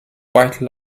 white